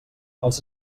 els